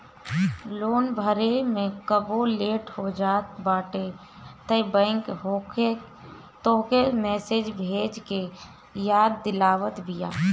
loan भरे में कबो लेट हो जात बाटे तअ बैंक तोहके मैसेज भेज के याद दिलावत बिया